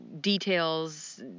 details